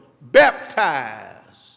baptized